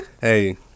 Hey